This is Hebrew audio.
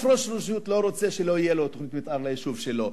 אף ראש רשות לא רוצה שלא תהיה לו תוכנית אב ליישוב שלו,